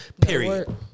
Period